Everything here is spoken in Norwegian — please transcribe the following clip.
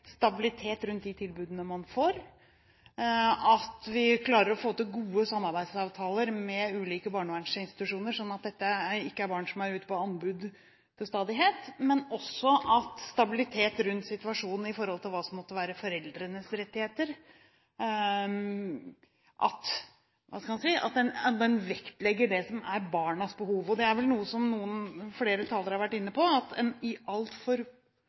stabilitet rundt de tilbudene man får, at vi klarer å få til gode samarbeidsavtaler med ulike barnevernsinstitusjoner, slik at dette ikke er barn som er ute på anbud til stadighet. Men det dreier seg også om stabilitet rundt situasjonen i forhold til hva som måtte være foreldrenes rettigheter, at en – hva skal en si – vektlegger det som er barnas behov. Det er vel noe som flere talere har vært inne på, at en i altfor